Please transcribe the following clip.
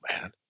man